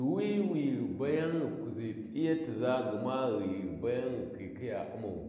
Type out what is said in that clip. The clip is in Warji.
﻿Yuuwi wi ghu kuʒi p'iyatiʒa ghi gma ghi baya ghi khikhiya umau